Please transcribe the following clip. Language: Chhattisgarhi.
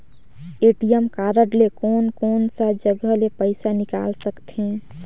ए.टी.एम कारड ले कोन कोन सा जगह ले पइसा निकाल सकथे?